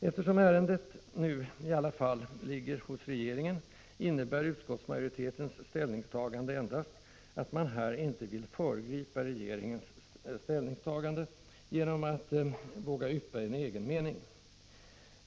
Eftersom ärendet nu i alla fall ligger hos regeringen innebär utskottsmajoritetens ställningstagande endast att man här inte vill föregripa regeringens beslut genom att våga yppa en egen mening.